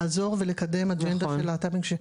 לעזור ולקדם אג'נדה של להט"בים קשישים.